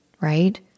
right